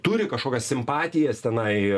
turi kažkokias simpatijas tenai